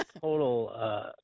total